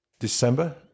December